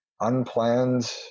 unplanned